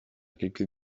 quelques